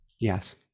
Yes